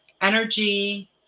energy